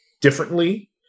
differently